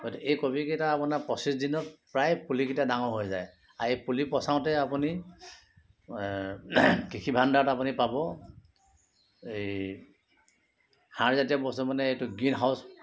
গতিকে এই কবিকেইটা আপোনাৰ পঁচিছ দিনত প্ৰায় পুলিকেইটা ডাঙৰ হৈ যায় আৰু এই পুলি পচাওঁতে আপুনি কৃষি ভাণ্ডাৰত আপুনি পাব এই সাৰজাতীয় বস্তু মানে এইটো গ্ৰীণ হাউচ